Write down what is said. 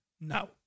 No